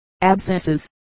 abscesses